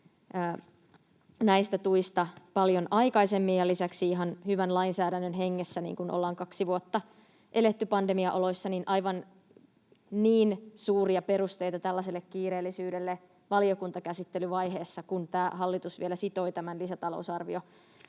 näistä tuista paljon aikaisemmin. Lisäksi ihan hyvän lainsäädännön hengessä, kun ollaan kaksi vuotta eletty pandemiaoloissa, aivan niin suuria perusteita tällaiselle kiireellisyydelle valiokuntakäsittelyvaiheessa ei ole, kun hallitus vielä sitoi tämän lisätalousarvioprosessiin.